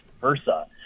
versa